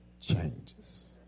changes